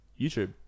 YouTube